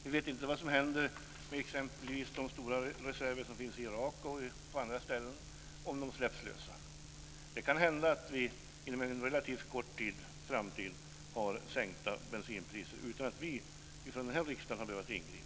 Vi vet inte vad som händer med exempelvis de stora reserver som finns i Irak och på andra ställen, om de släpps lösa. Det kan hända att vi inom en relativt kort framtid har sänkta bensinpriser utan att vi i riksdagen har behövt ingripa.